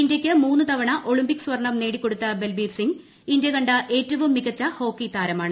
ഇന്ത്യയ്ക്ക് മൂന്നു തവണ ഒളിമ്പിക് സ്വർണ്ണം നേടിക്കൊടുത്ത ബൽബീർ സിങ് ഇന്ത്യ കണ്ട ഏറ്റവും മികച്ച ഹോക്കി താരമാണ്